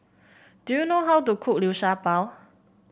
do you know how to cook Liu Sha Bao